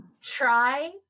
Try